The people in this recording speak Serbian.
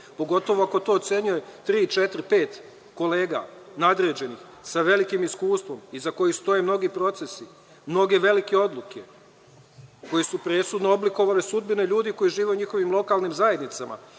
pogotovo ako to ocenjuje tri, četiri, pet kolega, nadređenih, sa velikim iskustvom, iza kojih stoje mnogi procesi, mnoge velike odluke koje su presudno oblikovale sudbine ljudi koji žive u njihovim lokalnim zajednicama,